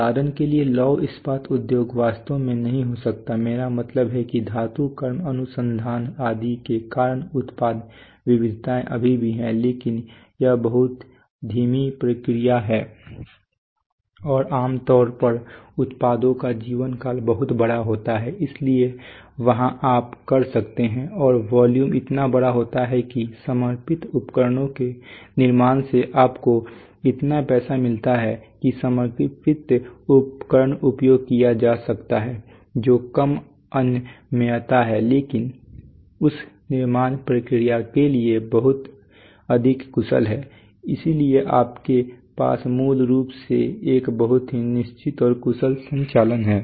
उदाहरण के लिए लौह इस्पात उद्योग वास्तव में नहीं हो सकता है मेरा मतलब है कि धातुकर्म अनुसंधान आदि के कारण उत्पाद विविधताएं अभी भी हैं लेकिन यह बहुत धीमी प्रक्रिया है और आम तौर पर उत्पादों का जीवन काल बहुत बड़ा होता है इसलिए वहां आप कर सकते हैं और वॉल्यूम इतना बड़ा होता है कि समर्पित उपकरणों के निर्माण से आपको इतना पैसा मिलता है कि समर्पित उपकरण उपयोग किया जा सकता है जो कम अनम्यता है लेकिन उस निर्माण प्रक्रिया के लिए बहुत अधिक कुशल है इसलिए आपके पास मूल रूप से एक बहुत ही निश्चित और कुशल संचालन है